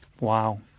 Wow